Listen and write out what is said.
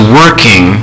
working